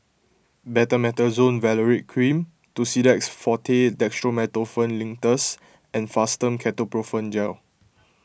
Betamethasone Valerate Cream Tussidex forte Dextromethorphan Linctus and Fastum Ketoprofen Gel